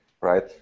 right